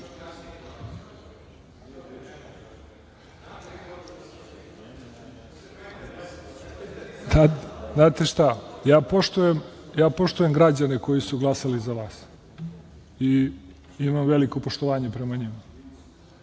reše? Znate šta, ja poštujem građane koji su glasali za vas i imam veliko poštovanje prema njima,